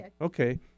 Okay